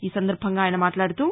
ఈ సందర్బంగా ఆయస మాట్లాడుతూ